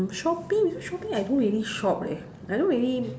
shopping because shopping I don't really shop leh I don't really